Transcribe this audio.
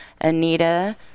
anita